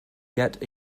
get